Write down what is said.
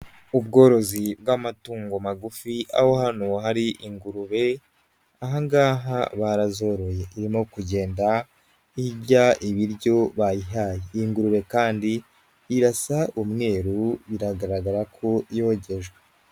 Ubworozi bw'amatungo magufi, aho hano hari ingurube, aha ngaha barazoroye irimo kugenda irya ibiryo bayihaye, ingurube kandi irasa umweru biragaragara ko yogejwe.